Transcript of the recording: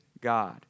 God